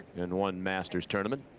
in one masters tournament.